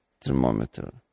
thermometer